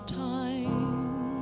time